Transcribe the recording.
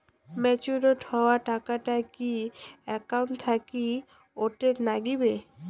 Matured হওয়া টাকাটা কি একাউন্ট থাকি অটের নাগিবে?